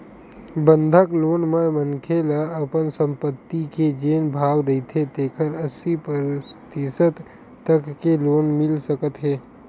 बंधक लोन म मनखे ल अपन संपत्ति के जेन भाव रहिथे तेखर अस्सी परतिसत तक के लोन मिल सकत हे